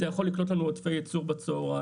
זה יכול לקנות לנו עודפי ייצור בצוהריים,